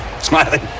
smiling